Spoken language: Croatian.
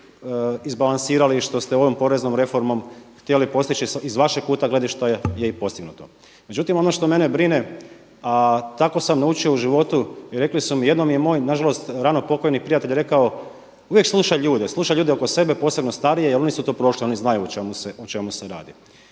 izbalansirali i što ste ovom poreznom reformom htjeli postići iz vašeg kuta gledišta je i postignuto. Međutim, ono što mene brine a tako sam naučio u životu i rekli su mi, jednom mi je moj na žalost rano pokojni prijatelj rekao, uvijek slušaj ljude, slušaj ljude oko sebe, posebno starije, jer oni su to prošli, oni znaju o čemu se radi.